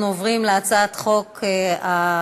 אנחנו עוברים להצעת חוק אחרת: